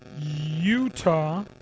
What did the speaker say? Utah